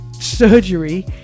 surgery